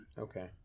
Okay